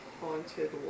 haunted